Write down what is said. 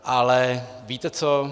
Ale víte co?